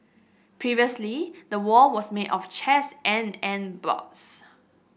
previously the wall was made of chairs and and boards